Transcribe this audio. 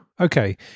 Okay